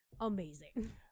amazing